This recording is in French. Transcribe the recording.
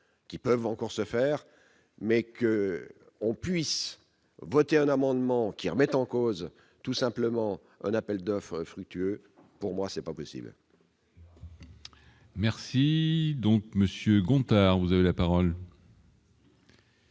qu'ils peuvent encore se faire mais que l'on puisse voter un amendement qui remettent en cause tout simplement un appel d'offres infructueux pour moi, c'est pas possible. Merci donc Monsieur Gontard, vous avez la parole.